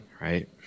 right